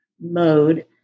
mode